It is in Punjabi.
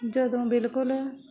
ਜਦੋਂ ਬਿਲਕੁਲ